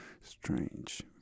strange